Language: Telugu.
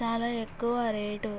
చాలా ఎక్కువ రేట్